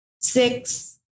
six